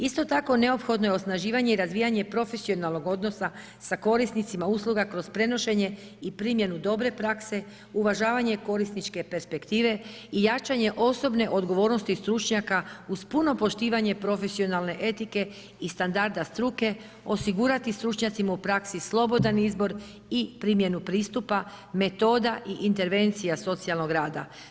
Isto tako, neophodno je osnaživanje i razvijanje profesionalnog odnosa sa korisnicima usluga kroz prenošenje i primjenu dobre prakse, uvažavanje korisničke perspektive i jačanje osobne odgovornosti stručnjaka uz puno poštivanje profesionalne etike i standarda struke, osigurati stručnjacima u praksi slobodan izbor i primjenu pristupa, metoda i intervencija socijalnog rada.